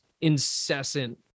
incessant